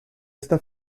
esta